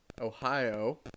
Ohio